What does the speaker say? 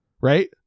right